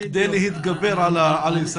כדי להתגבר על היסח הדעת.